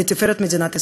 לתפארת מדינת ישראל.